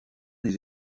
des